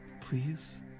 please